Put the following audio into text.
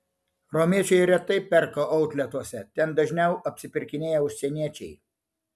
romiečiai retai perka outletuose ten dažniau apsipirkinėja užsieniečiai